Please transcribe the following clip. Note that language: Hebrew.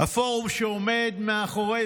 הפורום שעומד מאחורי,